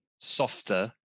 softer